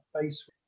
base